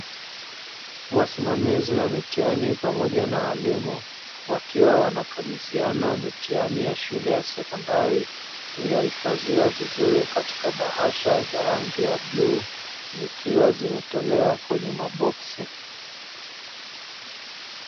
Wasimamizi wa mitihani pamoja na walimu wakiwa wanakabidhiana mitihani ya shule ya sekondari iliyo ifadhiwa vizuri katika bahasha za rangi ya bluu zikiwa zimetolewa kwenye maboksi.